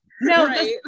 No